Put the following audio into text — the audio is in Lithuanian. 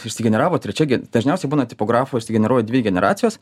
išsigeneravo trečia ge dažniausiai būna tipografo išsigeneruoja dvi generacijos